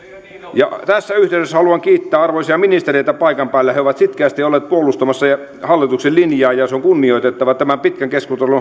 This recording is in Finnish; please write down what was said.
tässä yhteydessä haluan kiittää arvoisia ministereitä paikan päällä he ovat sitkeästi olleet puolustamassa hallituksen linjaa ja se on kunnioitettavaa että tämän pitkän keskustelun